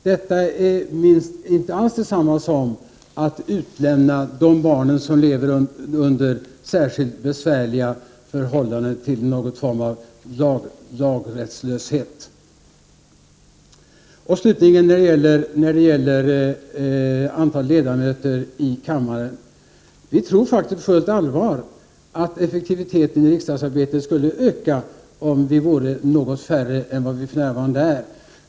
Detta är inte alls detsamma som att utelämna de barn som lever under särskilt besvärliga förhållanden till någon form av lagrättslöshet. När det slutligen gäller antalet ledamöter i kammaren, tror vi på fullt allvar att effektiviteten i riksdagsarbetet skulle öka om ledamöterna vore något färre än för närvarande.